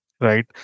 right